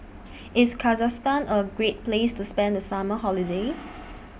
IS Kazakhstan A Great Place to spend The Summer Holiday